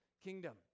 kingdom